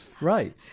Right